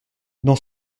dans